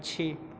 पक्षी